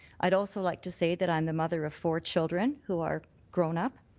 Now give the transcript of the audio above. i'd also like to say that i'm the mother of four children who are grown up.